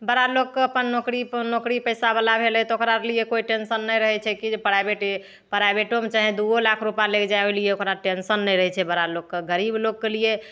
बड़ा लोगके अपन नौकरी नौकरी पैसा बला भेलै तऽ ओकरा लिए कोइ टेंसन नहि रहैत छै कि प्राइभेटे प्राइभेटोमे चाहे दूओ लाख रूपा लागि जाए ओहि लिए ओकरा टेंसन नहि रहैत छै बड़ा लोगके गरीब लोगके लिए